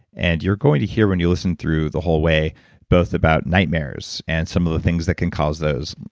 and you're going to hear when you listen through the whole way both about nightmares and some of the things that can cause those,